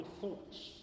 thoughts